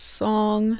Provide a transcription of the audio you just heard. song